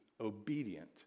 obedient